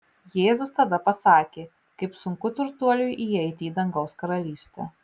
jėzus tada pasakė kaip sunku turtuoliui įeiti į dangaus karalystę